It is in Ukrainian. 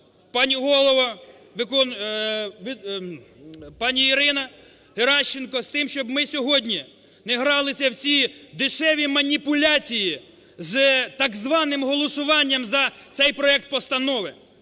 пані Ірина Геращенко, з тим, щоб ми сьогодні не гралися в ці дешеві маніпуляції з так званим голосуванням за цей проект постанови,